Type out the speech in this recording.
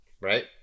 Right